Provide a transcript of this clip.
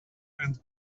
and